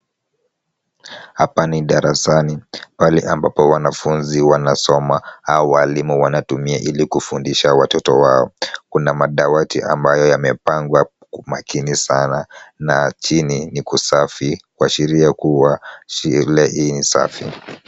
Hapa ni darasani, pahali ambapo wanafunzi wanasoma au walimu wanatumia ili kufundisha watoto wao. Kuna madawati ambayo yamepangwa kwa makini sana na chini ni kusafi kuashiria kuwa shule hii ni safi.